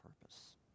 purpose